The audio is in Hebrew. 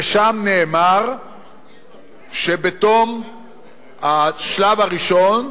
ושם נאמר שבתום השלב הראשון,